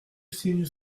cygne